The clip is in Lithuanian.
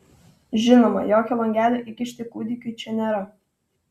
žinoma jokio langelio įkišti kūdikiui čia nėra